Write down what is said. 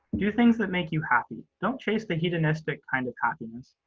do things that make you happy. don't chase the hedonistic kind of happiness,